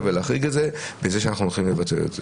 ולהחריג את זה לפני שהולכים לבצע את זה.